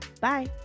Bye